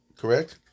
correct